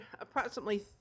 approximately